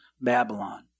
Babylon